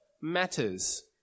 matters